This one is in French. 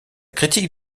critique